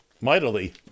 mightily